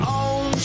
own